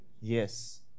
Yes